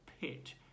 pit